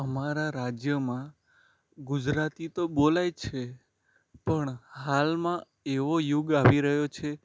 અમારા રાજ્યમાં ગુજરાતી તો બોલાય જ છે પણ હાલમાં એવો યુગ આવી રહ્યો છે